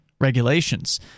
regulations